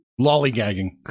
lollygagging